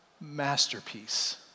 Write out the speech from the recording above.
masterpiece